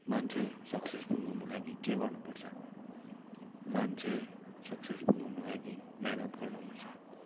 मान्छे सक्सेसफुल हुनलागि के गर्नुपर्छ मान्छे सक्सेसफुल हुनलागि मेहनत गर्नुपर्छ